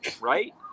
right